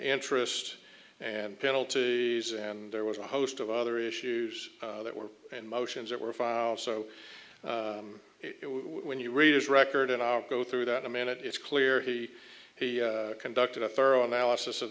interest and penalties and there was a host of other issues that were and motions that were filed so when you read his record and i go through that a minute it's clear he he conducted a thorough analysis of